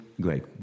Great